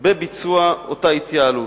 בביצוע אותה התייעלות.